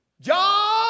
John